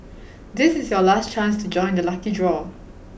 this is your last chance to join the lucky draw